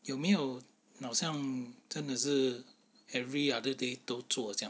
有没有好像真的是 every other day 都做这样